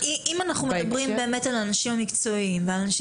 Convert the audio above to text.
אם אנחנו מדברים באמת על האנשים המקצועיים והאנשים